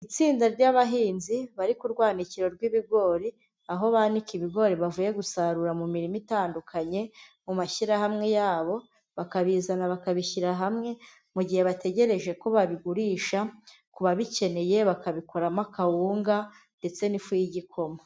Itsinda ry'abahinzi bari kurwanikiro rw'ibigori, aho banika ibigori bavuye gusarura mu mirima itandukanye, mu mashyirahamwe yabo, bakabizana bakabishyira hamwe, mu gihe bategereje ko babigurisha, ku babikeneye bakabikoramo kawunga ndetse n'ifu y'igikoma.